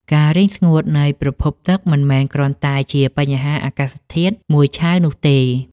ការរីងស្ងួតនៃប្រភពទឹកមិនមែនគ្រាន់តែជាបញ្ហាអាកាសធាតុមួយឆាវនោះទេ។